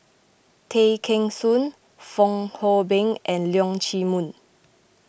Tay Kheng Soon Fong Hoe Beng and Leong Chee Mun